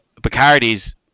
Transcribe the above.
Bacardi's